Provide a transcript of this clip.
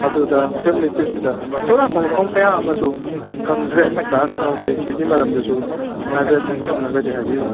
ꯑꯗꯨꯗ ꯐꯦꯃꯤꯂꯤ ꯇ꯭ꯔꯤꯞꯁꯤꯗ ꯑꯁꯣꯝ ꯅꯀꯥꯟ ꯃꯐꯝ ꯀꯌꯥ ꯑꯃꯁꯨ ꯈꯪꯗ꯭ꯔꯦ ꯆꯥꯅ ꯊꯛꯅꯕ ꯀꯩꯁꯤꯒꯤ ꯃꯔꯝꯗꯁꯨ ꯍꯥꯏꯐꯦꯠ ꯈꯪꯉꯒꯗꯤ ꯍꯥꯏꯕꯤꯌꯨ